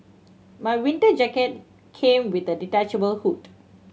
my winter jacket came with a detachable hood